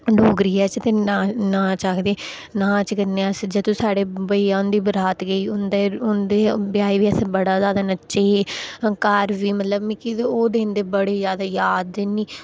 डोगरियै च ते ना नाच आखदे नाच करने अस जदूं साढ़े भाइया हुंदी बरात गेई उं'दे उं'दे ब्याह् गी असें बड़ा ज्यादा नच्चे हे घर बी मतलब मिगी ते ओह् दिन दी बड़ी ज्यादा याद नीं